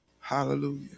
hallelujah